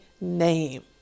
name